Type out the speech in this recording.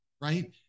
Right